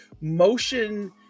motion